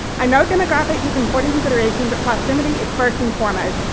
i know demographics is an important consideration but proximity is first and foremost.